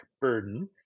burden